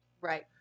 Right